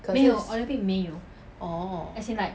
可是